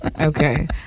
Okay